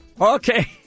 Okay